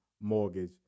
Mortgage